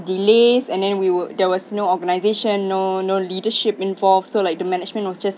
delays and then we were there was no organization no no leadership involved so like the management was just